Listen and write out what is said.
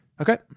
Okay